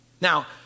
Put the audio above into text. Now